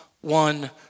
one